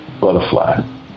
butterfly